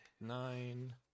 nine